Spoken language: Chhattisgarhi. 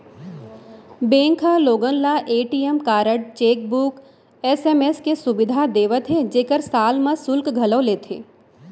बेंक ह लोगन ल ए.टी.एम कारड, चेकबूक, एस.एम.एस के सुबिधा देवत हे जेकर साल म सुल्क घलौ लेथे